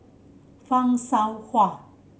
Fan Shao Hua